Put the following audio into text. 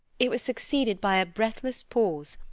it was succeeded by a breathless pause,